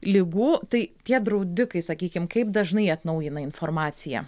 ligų tai tie draudikai sakykim kaip dažnai atnaujina informaciją